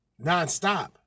Nonstop